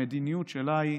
המדיניות שלה היא